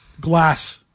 glass